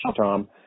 Tom